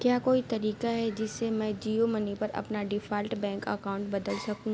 کیا کوئی طریقہ ہے جس سے میں جیو منی پر اپنا ڈیفالٹ بینک اکاؤنٹ بدل سکوں